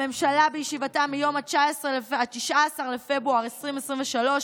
הממשלה, בישיבתה מיום 19 בפברואר 2023,